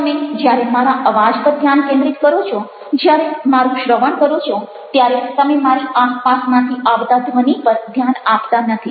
તમે જ્યારે મારા અવાજ પર ધ્યાન કેન્દ્રિત કરો છો જ્યારે મારું શ્રવણ કરો છો ત્યારે તમે મારી આસપાસમાંથી આવતા ધ્વનિ પર ધ્યાન આપતા નથી